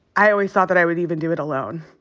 i always thought that i would even do it alone.